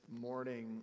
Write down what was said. morning